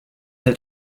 had